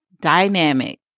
dynamic